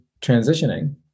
transitioning